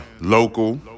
local